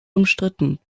umstritten